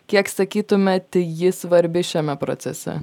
kiek sakytumėt ji svarbi šiame procese